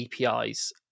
APIs